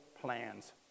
plans